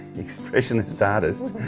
expressionist artist,